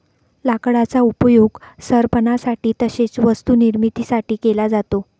लाकडाचा उपयोग सरपणासाठी तसेच वस्तू निर्मिती साठी केला जातो